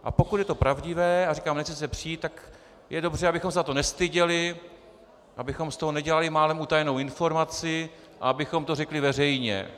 A pokud je to pravdivé, a říkám, nechci se přít, tak je dobře, abychom se za to nestyděli, abychom z toho nedělali málem utajenou informaci a abychom to řekli veřejně.